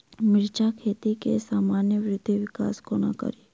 मिर्चा खेती केँ सामान्य वृद्धि विकास कोना करि?